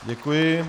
Děkuji.